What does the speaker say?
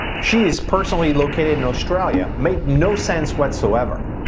she is personally located in australia make no sense whatsoever.